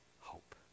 hope